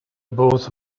both